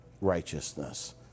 righteousness